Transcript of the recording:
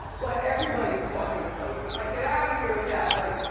but everybody's talking close. i'm like, get out of here with that. like,